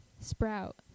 sprout